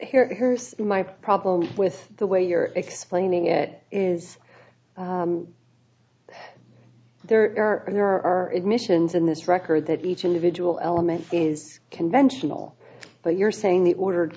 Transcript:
guess here's my problem with the way you're explaining it is there are there are missions in this record that each individual element is conventional but you're saying the ordered